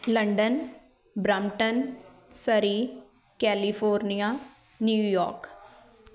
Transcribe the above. London Brampton Surrey California New York